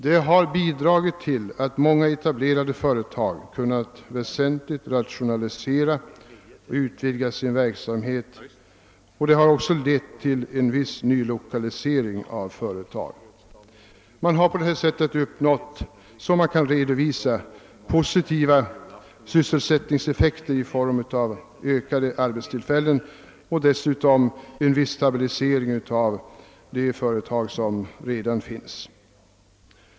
Det har bidragit till att många etablerade företag kunnat väsentligt rationalisera och utvidga sin verksamhet och har även lett till en viss nylokalisering av företag. Man har på detta sätt kunnat redovisa positiva sysselsättningseffekter i form av ökat antal arbetstillfällen och dessutom en viss stabilisering av de företag som redan funnits.